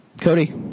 Cody